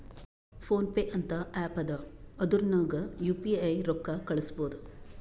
phone pay ಅಂತ app ಅದಾ ಅದುರ್ನಗ್ ಯು ಪಿ ಐ ರೊಕ್ಕಾ ಕಳುಸ್ಬೋದ್